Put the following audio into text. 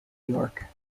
york